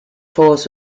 force